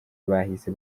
bahise